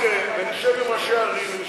נשב עם ראשי ערים,